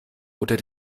oder